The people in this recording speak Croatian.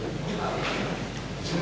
Hvala